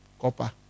copper